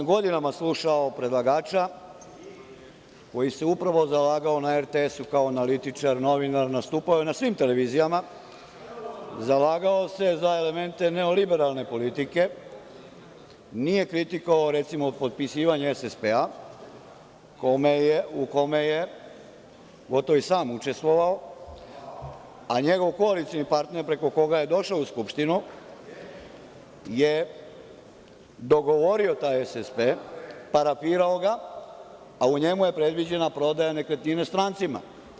Godinama sam slušao predlagača, koji se upravo zalagao na RTS-u kao analitičar, novinar, nastupao je na svim televizijama, zalagao se za elemente neoliberalne politike, nije kritikovao potpisivanje SSP-a, u kome je gotovo i sam učestvovao, a njegov koalicioni partner, preko koga je došao u Skupštinu, je dogovorio taj SSP, parafirao ga, a u njemu je predviđena prodaja nekretnina strancima.